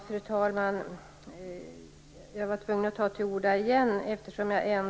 Fru talman! Jag var tvungen att ta till orda igen.